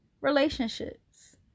relationships